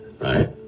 Right